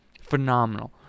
phenomenal